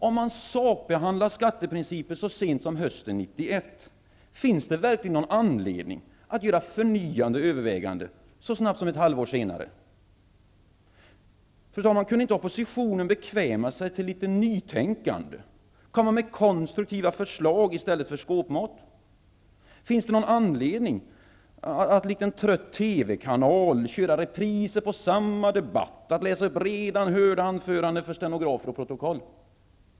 Om man sakbehandlade skatteprinciper så sent som hösten 1991, finns det då verkligen någon anledning att göra förnyade överväganden så snart som ett halvår senare? Kunde inte oppositionen bekväma sig till litet nytänkande och komma med konstruktiva förslag i stället för skåpmat? Finns det någon anledning att, likt en trött TV-kanal, köra repriser på samma debatt, att läsa upp redan hörda anföranden för stenografer och protokoll?